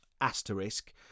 asterisk